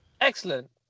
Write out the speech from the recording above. Excellent